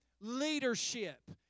leadership